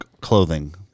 clothing